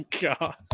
god